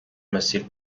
مسیر